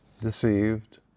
deceived